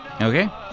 Okay